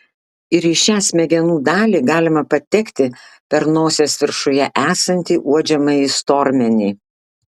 ir į šią smegenų dalį galima patekti per nosies viršuje esantį uodžiamąjį stormenį